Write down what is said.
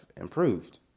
improved